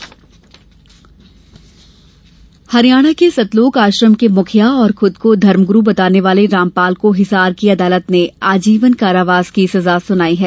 रामपाल कारावास हरियाणा के सतलोक आश्रम के मुखिया और खुद को धर्मगुरू बताने वाले रामपाल को हिसार की अदालत ने आजीवन कारावास की सर्जा सुनाई है